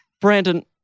Brandon